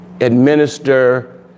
administer